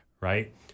right